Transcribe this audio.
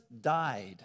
died